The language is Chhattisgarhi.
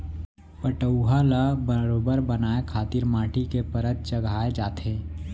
पटउहॉं ल बरोबर बनाए खातिर माटी के परत चघाए जाथे